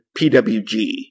PWG